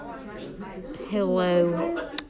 hello